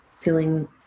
feeling